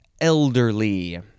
elderly